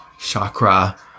chakra